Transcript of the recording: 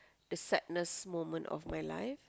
the sadness moment of my life